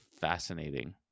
fascinating